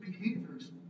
behaviors